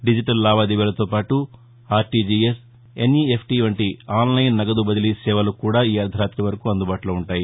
digital లావాదేవీలతో పాటు RTGS NEFT వంటి ఆన్లైన్ నగదు బదిలీ సేవలు కూడా ఈ అర్దరాతి వరకు అందుబాటులో ఉంటాయి